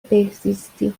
بهزیستی